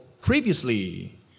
previously